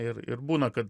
ir ir būna kad